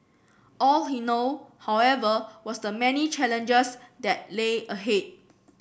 all he know however was the many challenges that lay ahead